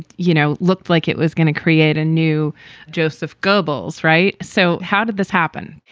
you know, looked like it was going to create a new joseph goebbels. right. so how did this happen?